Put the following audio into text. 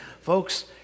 folks